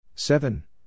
Seven